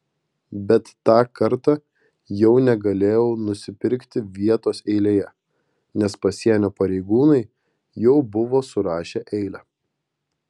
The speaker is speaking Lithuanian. bet tą kartą jau negalėjau nusipirkti vietos eilėje nes pasienio pareigūnai jau buvo surašę eilę